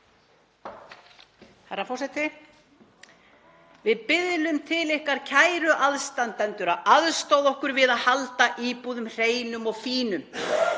Við biðlum til ykkar, kæru aðstandendur, að aðstoða okkur við að halda íbúðunum hreinum og fínum,